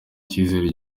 icyizere